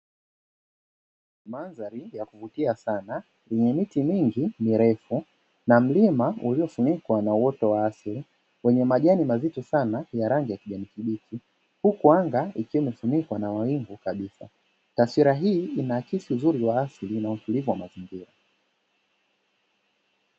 Mandhari ya kuvutia sana yenye miti mingi mirefu na mlima ulifunikwa na uoto wa asili wenye majani mazito sana ya rangi ya kijani kibichi, huku anga likiwa limefunikwa na mawingu kabisa. Taswira hii inaakisi uzuri wa asili na utulivu wa mazingira.